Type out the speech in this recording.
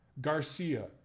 Garcia